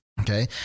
Okay